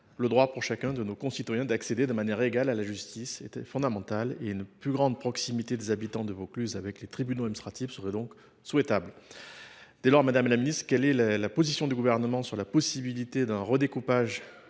Le droit pour chacun de nos concitoyens d’accéder de manière égale à la justice est fondamental. Une plus grande proximité des habitants de Vaucluse avec les tribunaux administratifs est donc souhaitable. Dès lors, madame la ministre, quelle est la position du Gouvernement sur la possibilité d’un redécoupage